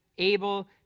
able